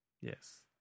Yes